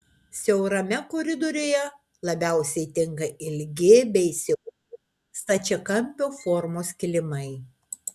siaurame koridoriuje labiausiai tinka ilgi bei siauri stačiakampio formos kilimai